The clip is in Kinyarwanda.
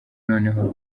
noneho